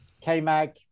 K-Mag